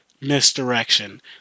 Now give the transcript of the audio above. misdirection